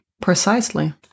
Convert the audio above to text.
precisely